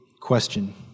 question